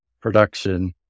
production